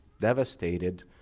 devastated